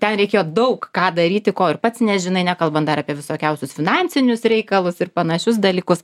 ten reikėjo daug ką daryti ko ir pats nežinai nekalbant dar apie visokiausius finansinius reikalus ir panašius dalykus